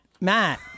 Matt